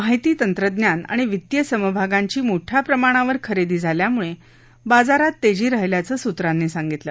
माहितीतंत्रज्ञान आणि वित्तीय समभागांची मोठया प्रमाणावर खरेदी झाल्यामुळे बाजारात तेजी राहिल्याचं सूत्रांनी सांगितलं